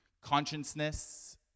consciousness